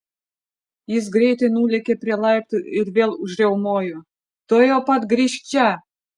jis greitai nulėkė prie laiptų ir vėl užriaumojo tuojau pat grįžk čia